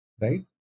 right